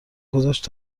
گذاشت